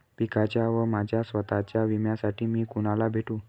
पिकाच्या व माझ्या स्वत:च्या विम्यासाठी मी कुणाला भेटू?